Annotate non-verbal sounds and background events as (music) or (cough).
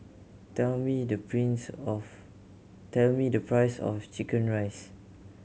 tell me the (unintelligible) of tell me the price of chicken rice